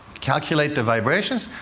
calculate the vibrations,